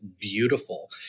beautiful